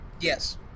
Yes